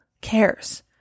cares